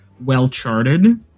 well-charted